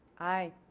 aye.